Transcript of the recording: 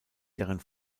deren